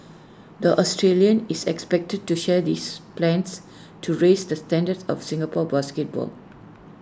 the Australian is expected to share this plans to raise the standards of Singapore basketball